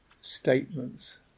statements